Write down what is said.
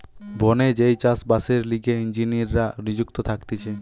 বনে যেই চাষ বাসের লিগে ইঞ্জিনীররা নিযুক্ত থাকতিছে